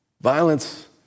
Violence